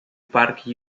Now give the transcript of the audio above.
parque